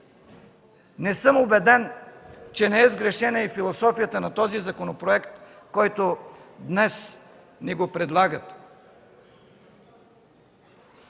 Не съм убеден, че не е сгрешена и философията на този законопроект, който днес ни го предлагате.